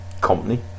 company